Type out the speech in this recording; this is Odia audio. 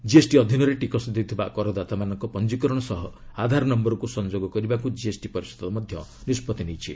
ଜିଏସ୍ଟି ଅଧୀନରେ ଟିକସ ଦେଉଥିବା କରଦାତାମାନଙ୍କ ପଞ୍ଜୀକରଣ ସହ ଆଧାର ନମ୍ଭରକୃ ସଂଯୋଗ କରିବାକୃ ଜିଏସ୍ଟି ପରିଷଦ ମଧ୍ୟ ନିଷ୍କଭି ନେଇଛି